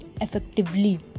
effectively